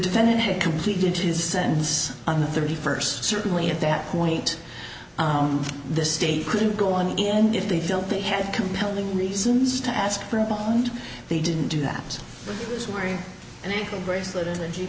defendant had completed his sentence on the thirty first certainly at that point the state couldn't go on and if they felt they had compelling reasons to ask for a bond they didn't do that story and the bracelet